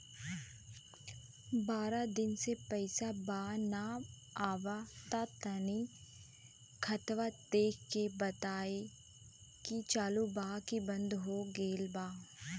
बारा दिन से पैसा बा न आबा ता तनी ख्ताबा देख के बताई की चालु बा की बंद हों गेल बा?